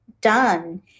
done